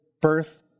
birth